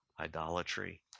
idolatry